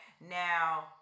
Now